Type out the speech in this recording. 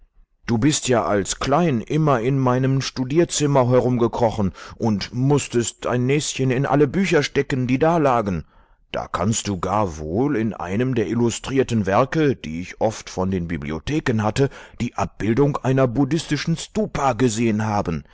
du bist ja als klein immer in meinem studierzimmer herumgekrochen und mußtest dein näschen in alle bücher stecken die dalagen da kannst du gar wohl in einem der illustrierten werke die ich oft von den bibliotheken hatte die abbildung einer buddhistischen stupa gesehen haben